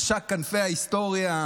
משק כנפי ההיסטוריה,